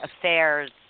Affairs